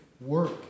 work